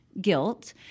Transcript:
guilt